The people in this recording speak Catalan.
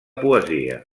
poesia